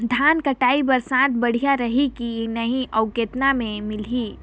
धान कटाई बर साथ बढ़िया रही की नहीं अउ कतना मे मिलही?